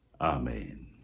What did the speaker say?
Amen